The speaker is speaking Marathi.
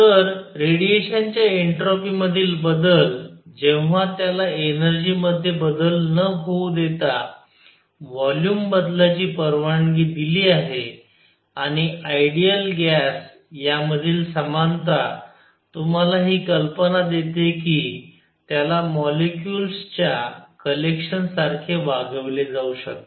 तर रेडिएशन च्या एंट्रोपीमधील बदल जेव्हा त्याला एनर्जी मध्ये बदल न होऊ देता व्हॉल्यूम बदलाची परवानगी दिली आहे आणि आइडिअल गॅस यामधील समानता तुम्हाला हि कल्पना देते की त्याला मॉलिक्युल्सच्या कलेक्शन सारखे वागवले जाऊ शकते